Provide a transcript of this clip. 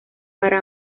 para